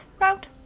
route